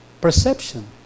perception